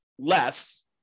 Less